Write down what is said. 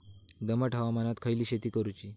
दमट हवामानात खयली शेती करूची?